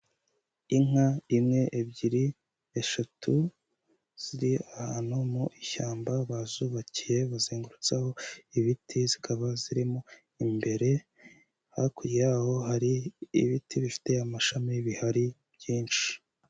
Inka imwe, ebyiri, eshatu ziri ahantu mu ishyamba bazubakiye bazengurutsaho ibiti, zikaba zirimo imbere, hakurya yaho hari ibiti bifite amashami bihari byinshi.